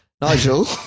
Nigel